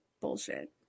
bullshit